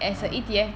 (uh huh)